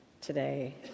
today